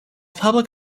public